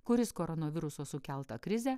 kuris koronaviruso sukeltą krizę